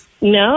No